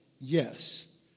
yes